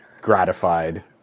gratified